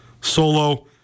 solo